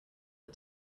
are